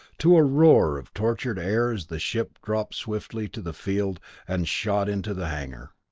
to a roar of tortured air as the ship dropped swiftly to the field and shot into the hanger.